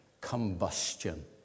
combustion